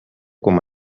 com